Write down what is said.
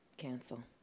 Cancel